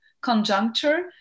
Conjuncture